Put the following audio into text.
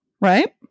right